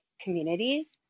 communities